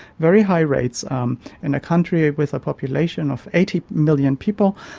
very high rates um in a country with a population of eighty million people,